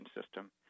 system